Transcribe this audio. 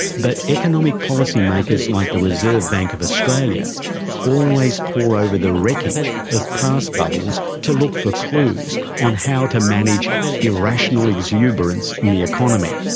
but economic policy makers like the reserve bank of australia always pore over the wreckage of past bubbles to look for clues on how to manage irrational exuberance in the economy.